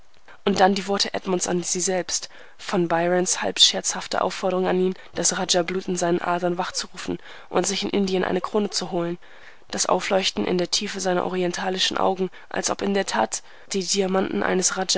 und dann die worte edmunds an sie selbst von byrons halb scherzhafter aufforderung an ihn das rajablut in seinen adern wachzurufen und sich in indien eine krone zu holen das aufleuchten in der tiefe seiner orientalischen augen als ob in der tat die diamanten eines